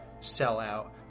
sellout